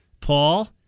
Paul